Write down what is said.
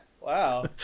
Wow